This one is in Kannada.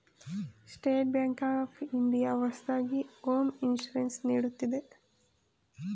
ಸ್ಟೇಟ್ ಬ್ಯಾಂಕ್ ಆಫ್ ಇಂಡಿಯಾ ಹೊಸದಾಗಿ ಹೋಂ ಇನ್ಸೂರೆನ್ಸ್ ನೀಡುತ್ತಿದೆ